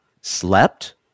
slept